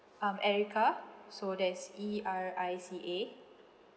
um erica so that is E R I C A